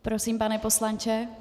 Prosím, pane poslanče.